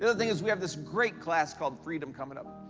and thing is we have this great class called freedom coming up.